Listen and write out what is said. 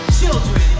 children